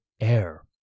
air